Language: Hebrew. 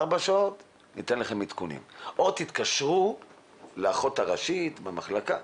בארבע שעות ייתן בית החולים עדכונים או שהם יתקשרו לאחות הראשית במחלקה.